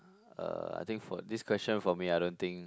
uh I think for this question for me I don't think